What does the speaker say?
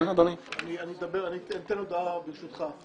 אני אתן הודעה, ברשותך.